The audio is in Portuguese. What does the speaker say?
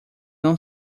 não